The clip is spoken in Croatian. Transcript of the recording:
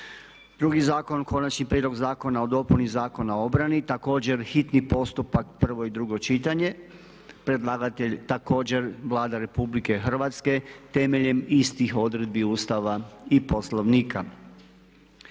sabora. - Konačni prijedlog zakona o dopuni Zakona o obrani, hitni postupak, prvo i drugo čitanje. Predlagatelj je također Vlada Republike Hrvatske temeljem istih odredbi Ustava i Poslovnika.